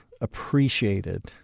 appreciated